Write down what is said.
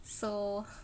so